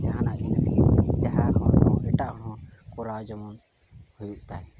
ᱡᱟᱦᱟᱱᱟᱜ ᱡᱤᱱᱤᱥ ᱜᱮ ᱮᱴᱟᱜ ᱦᱚᱸ ᱠᱚᱨᱟᱣ ᱡᱮᱢᱚᱱ ᱦᱩᱭᱩᱜ ᱛᱟᱭ